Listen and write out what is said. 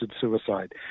suicide